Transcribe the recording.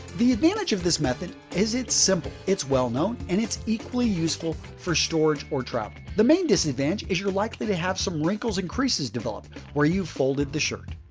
the advantage of this method is it's simple, it's well-known, and it's equally useful for storage or travel. the main disadvantage is you're likely to have some wrinkles and creases develop where you folded the shirt.